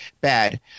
bad